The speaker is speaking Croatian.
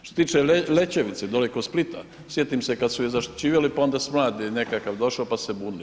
Što se tiče Lećevice dole kod Splita, sjetim se kada su je zaštićivali pa onda smrad je nekakav došao pa su se bunili.